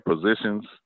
positions